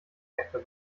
factor